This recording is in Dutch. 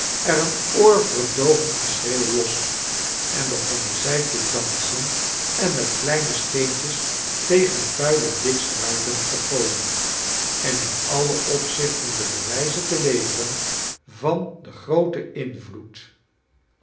er een oorverdoovend geschreeuw ios en begonnen zij te dansen en met kleine steentjes tegen vuile dick's ruiten te gooien en in alle opzichten de bewijzen te leveren van den grooten invloed